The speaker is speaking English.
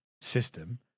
system